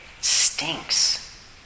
stinks